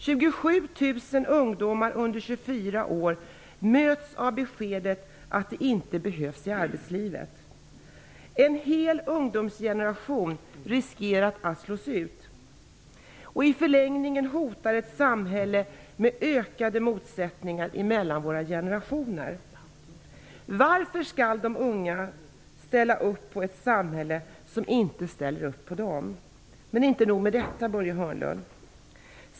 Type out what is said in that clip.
27 000 ungdomar under 24 år möts av beskedet att de inte behövs i arbetslivet. En hel ungdomsgeneration riskerar att slås ut. I förlängningen hotar ett samhälle med ökade motsättningar mellan generationerna. Varför skall de unga ställa upp på ett samhälle som inte ställer upp på dem? Men inte nog med detta, Börje Hörnlund!